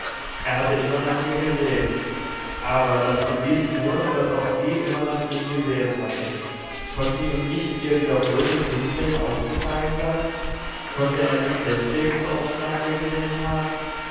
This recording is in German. er hatte immer nach ihr gesehen aber das bewies nur daß auch sie immer nach ihm gesehen hatte konnte ihm nicht ihr wiederholtes hinsehen aufgefallen sein konnte er nicht deswegen so oft nach ihr gesehen haben